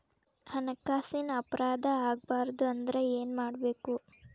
ಹಣ್ಕಾಸಿನ್ ಅಪರಾಧಾ ಆಗ್ಬಾರ್ದು ಅಂದ್ರ ಏನ್ ಮಾಡ್ಬಕು?